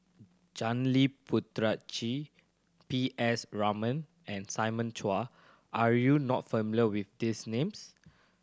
Janil Puthucheary P S Raman and Simon Chua are you not familiar with these names